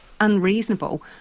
unreasonable